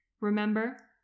remember